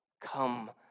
Come